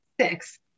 six